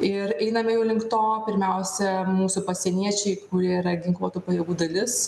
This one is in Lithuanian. ir einame jau link to pirmiausia mūsų pasieniečiai kurie yra ginkluotų pajėgų dalis